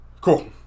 Cool